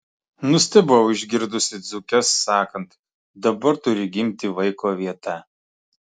nustebau išgirdusi dzūkes sakant dabar turi gimti vaiko vieta